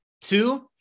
Two